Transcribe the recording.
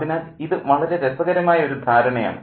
അതിനാൽ ഇത് വളരെ രസകരമായ ഒരു ധാരണയാണ്